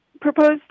proposed